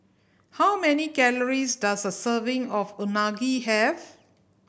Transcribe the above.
how many calories does a serving of Unagi have